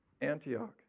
Antioch